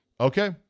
okay